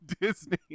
disney